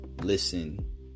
listen